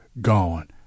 gone